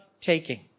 taking